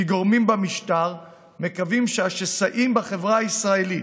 גורמים במשטר מקווים שהשסעים בחברה הישראלית,